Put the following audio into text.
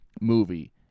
movie